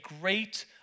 great